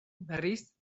berriz